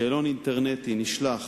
שאלון אינטרנטי נשלח